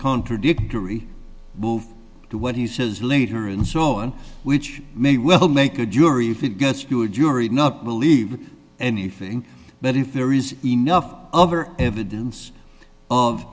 contradictory to what he says later and so on which may well make a jury if it gets to a jury not believe anything but if there is enough other evidence of